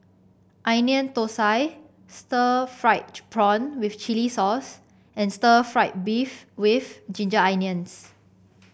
Onion Thosai Stir Fried Prawn with Chili Sauce and stir fry beef with Ginger Onions